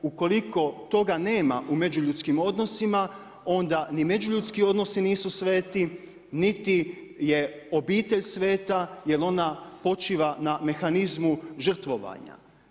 Ukoliko toga nema u međuljudskim odnosima onda ni međuljudski odnosi nisu sveti niti je obitelj sveta jel ona počiva na mehanizmu žrtvovanja.